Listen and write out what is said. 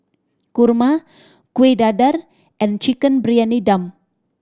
kurma Kuih Dadar and Chicken Briyani Dum